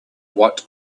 what